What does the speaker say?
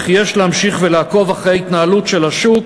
וכי יש להמשיך ולעקוב אחרי ההתנהלות של השוק,